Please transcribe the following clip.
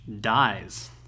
dies